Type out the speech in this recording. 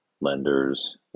lenders